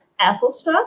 Applestock